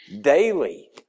daily